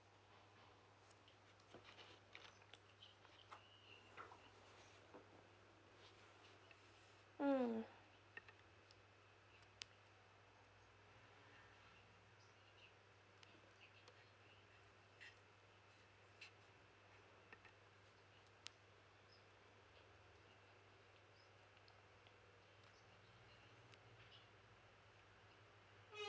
mm